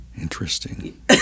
Interesting